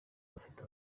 bafite